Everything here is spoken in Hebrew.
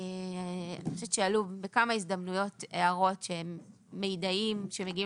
עלו בכמה הזדמנויות הערות שמידעים שמגיעים